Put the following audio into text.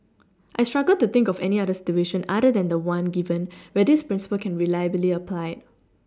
I struggle to think of any other situation other than the one given where this Principle can be reliably applied